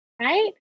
Right